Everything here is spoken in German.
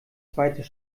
zweites